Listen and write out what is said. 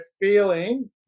feeling